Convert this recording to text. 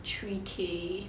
three k